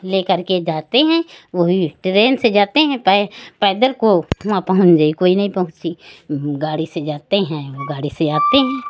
ले करके जाते हैं वही टीरेन से जाते हैं पैदल को हुआ पहुँच जाए कोई नहीं पहुंची गाड़ी से जाते हैं गाड़ी से आते हैं